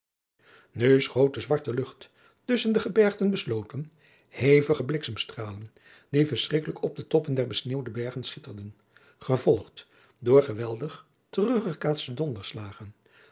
de zwarte lucht tusschen de gebergten besloten hevige bliksemstralen die verschrikkelijk op de toppen der besneeuwde bergen schitterden gevolgd door geweldig teruggekaatste